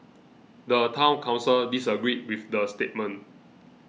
the Town Council disagreed with the statement